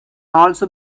also